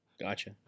Gotcha